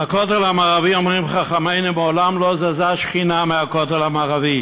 על הכותל המערבי אומרים חכמינו: מעולם לא זזה שכינה מהכותל המערבי.